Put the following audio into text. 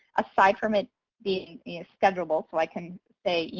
aside from it being schedulable so i can say,